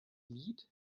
lied